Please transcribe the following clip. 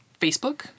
Facebook